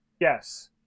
Yes